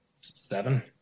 seven